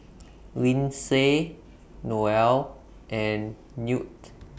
Lyndsay Noel and Newt